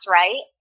right